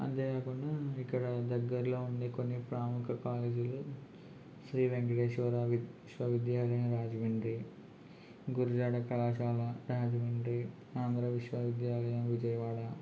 అంతేకాకుండా ఇక్కడ దగ్గరలో ఉండే కొన్ని ప్రముఖ కాలేజీలు శ్రీ వెంకటేశ్వర విశ్వవిద్యాలయం రాజమండ్రి గురుజాడ కళాశాల రాజమండ్రి ఆంధ్ర విశ్వవిద్యాలయం విజయవాడ